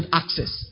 access